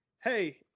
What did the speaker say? hey